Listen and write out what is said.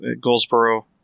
Goldsboro